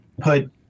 put